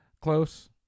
Close